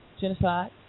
genocide